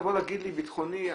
לבוא להגיד לי ביטחוני,